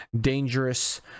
dangerous